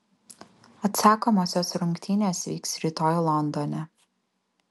atsakomosios rungtynės vyks rytoj londone